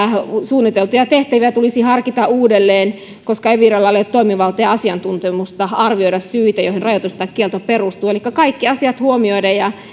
suunniteltuja tehtäviä tulisi harkita uudelleen koska eviralla ei ole toimivaltaa ja asiantuntemusta arvioida syitä joihin rajoitus tai kielto perustuu elikkä huomioida kaikki asiat ja